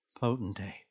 potentate